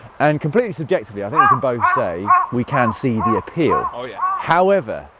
and completely subjectively i think we can both say we can see the appeal. oh yeah. however,